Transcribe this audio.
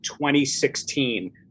2016